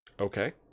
Okay